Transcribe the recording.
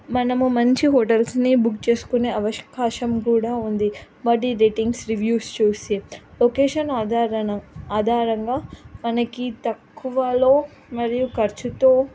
మనము మంచి హోటల్స్ని బుక్ చేసుకునే అవకాశం కూడా ఉంది వాటి రేటింగ్స్ రివ్యూస్ చూసి లొకేషన్ ఆధారణ ఆధారంగా మనకి తక్కువలో మరియు ఖర్చుతో